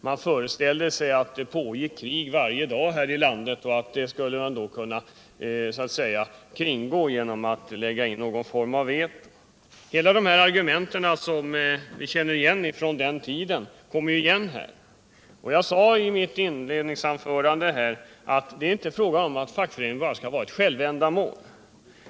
Man föreställde sig att det pågick krig varje dag här i landet och att man skulle kunna kringgå tjänstgöringsplikten genom att lägga in någon form av veto. Alla de argument som vi känner igen från den tiden återkommer här. F mitt inledningsanförande sade jag: att meningen inte är att fackföreningen skall vara ett självändamål.